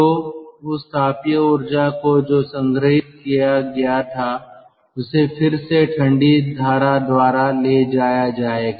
तो उस तापीय ऊर्जा को जो संग्रहीत किया गया था उसे फिर से ठंडी धारा द्वारा ले जाया जाएगा